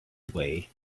away